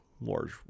large